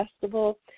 festival